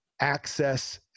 access